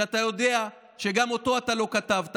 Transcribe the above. שאתה יודע שגם אותו אתה לא כתבת,